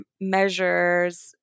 measures